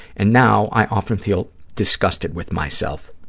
and now i often feel disgusted with myself.